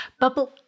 Bubble